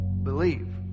believe